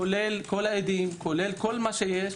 כולל כל העדים וכל מה שיש.